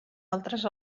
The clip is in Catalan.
altres